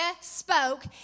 spoke